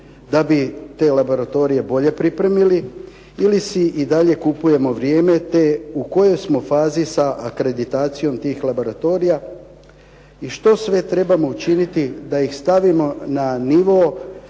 da bi te laboratorije bolje pripremili ili si i dalje kupujemo vrijeme te u kojoj smo fazi sa akreditacijom tih laboratorija i što sve trebamo učiniti da ih stavimo na nivo